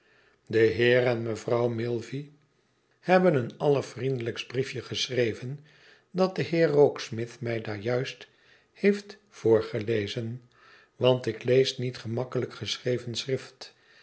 de heer en mevrouw milvey hebben een allervriendelijkst briefje geschreven dat de heer rokesmith mij daar juist heeft voorgelezen want ik lees niet gemakkelijk geschreven schrift